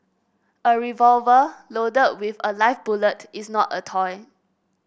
a revolver loaded with a live bullet is not a toy